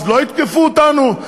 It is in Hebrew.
אז לא יתקפו אותנו?